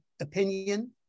opinion